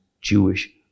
Jewish